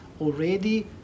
already